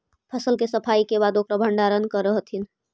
फसल के सफाई के बाद ओकर भण्डारण करऽ हथिन